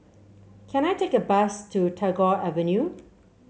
can I take a bus to Tagore Avenue